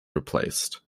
replaced